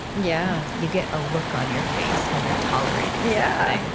yeah you get a look on your face when you're tolerating yeah